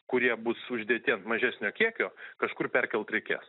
kurie bus uždėti ant mažesnio kiekio kažkur perkelt reikės